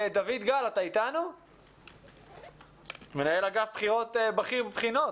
גל, מנהל אגף בכיר בחינות.